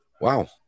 wow